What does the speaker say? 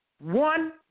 one